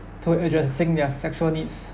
to addressing their sexual needs